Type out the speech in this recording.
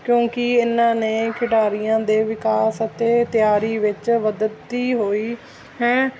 ਕਿਉਂਕਿ ਇਹਨਾਂ ਨੇ ਖਿਡਾਰੀਆਂ ਦੇ ਵਿਕਾਸ ਅਤੇ ਤਿਆਰੀ ਵਿੱਚ ਵਧਦੀ ਹੋਈ ਹੈ